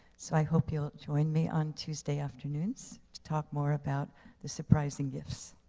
so i hope you'll join me on tuesday afternoons to talk more about the surprising gifts.